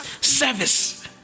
service